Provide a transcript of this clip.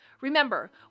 Remember